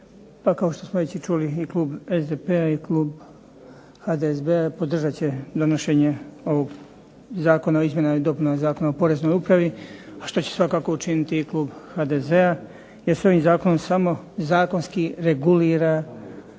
Pa kao što smo već čuli i klub SDP-a i klub HDSSB-a podržat će donošenje ovog zakona o izmjenama i dopunama Zakona o POreznoj upravi, a što će svakako učiniti i klub HDZ-a jer se ovim zakonom samo zakonski regulira